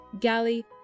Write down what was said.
galley